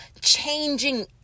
changing